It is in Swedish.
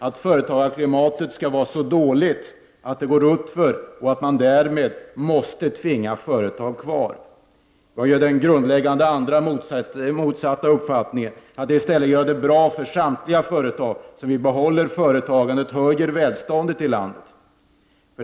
Att företagarklimatet skall vara så dåligt att det går utför och man därmed måste tvinga företag att stanna kvar! Jag är av den grundläggande motsatta uppfattningen att man i stället skall göra det bra för samtliga företag. Då behåller vi företagandet och höjer välståndet i landet.